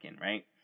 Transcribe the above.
Right